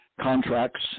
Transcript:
contracts